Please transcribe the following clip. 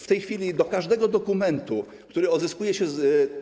W tej chwili do każdego dokumentu, który odzyskuje się z.